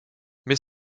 mais